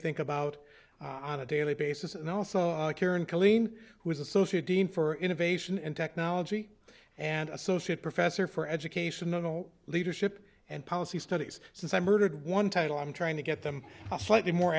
think about on a daily basis and also karen killeen who is associate dean for innovation and technology and associate professor for educational leadership and policy studies since i murdered one title i'm trying to get them a slightly more